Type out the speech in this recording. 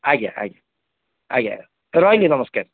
ଆଜ୍ଞା ଆଜ୍ଞା ଆଜ୍ଞା ରହିଲି ନମସ୍କାର